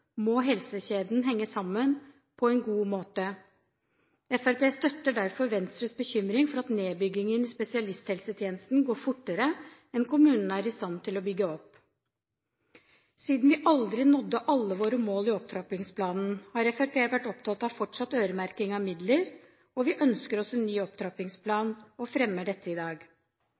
må helsekjeden henge sammen på en god måte. Fremskrittspartiet støtter derfor Venstres bekymring for at nedbyggingen i spesialisthelsetjenesten går fortere enn kommunene er i stand til å bygge opp. Siden vi aldri nådde alle våre mål i opptrappingsplanen, har Fremskrittspartiet vært opptatt av fortsatt øremerking av midler, og vi ønsker oss en ny opptrappingsplan og fremmer dette i dag.